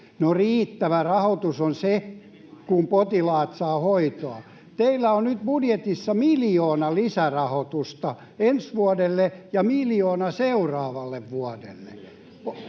riittävä rahoitus on se, kun potilaat saavat hoitoa. Teillä on nyt budjetissa miljoona lisärahoitusta ensi vuodelle ja miljoona seuraavalle vuodelle.